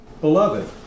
Beloved